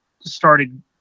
Started